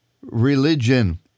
religion